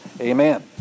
Amen